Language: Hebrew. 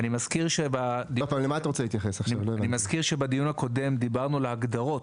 אני מזכיר שבדיון הקודם דיברנו על ההגדרות,